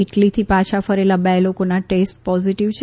ઇટલીથી પાછા ફરેલા બે લોકોના ટેસ્ટ પોઝીટીવ છે